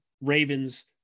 Ravens